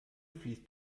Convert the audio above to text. fließt